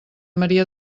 maria